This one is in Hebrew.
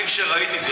כשראיתי,